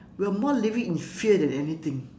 we're more living in fear than anything